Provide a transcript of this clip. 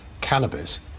cannabis